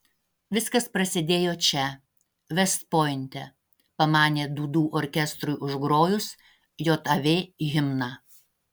viskas prasidėjo čia vest pointe pamanė dūdų orkestrui užgrojus jav himną